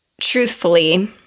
truthfully